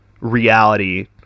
reality